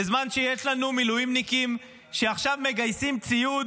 בזמן שיש לנו מילואימניקים שעכשיו מגייסים ציוד